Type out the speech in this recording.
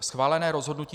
Schválené rozhodnutí